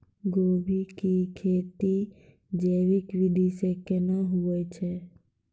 गोभी की खेती जैविक विधि केना हुए छ?